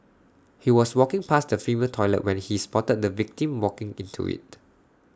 he was walking past the female toilet when he spotted the victim walking into IT